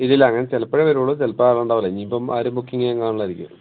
ഇലില്ല അങ്ങനെ ചിലപ്പോഴേ വരുള്ളൂ ചിലപ്പം ആരും ഉണ്ടാവില്ല ഇനിയിപ്പം ആരും ബുക്കിംങ്ങ്